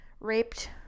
raped